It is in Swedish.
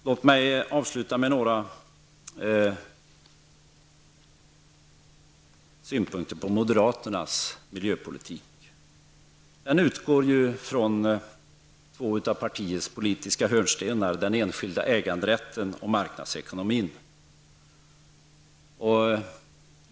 Låt mig komma med några synpunkter på moderaternas miljöpolitik. Den utgår ju i från två av partiets politiska hörnstenar, den enskilda äganderätten och marknadsekonomin.